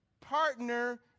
partner